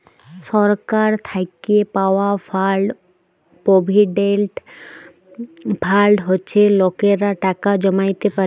সরকার থ্যাইকে পাউয়া fund provident fund হছে লকেরা টাকা জ্যমাইতে পারে